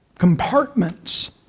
compartments